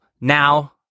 now